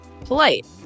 polite